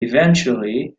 eventually